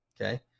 Okay